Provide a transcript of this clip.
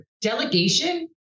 Delegation